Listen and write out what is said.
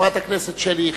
חברת הכנסת שלי יחימוביץ.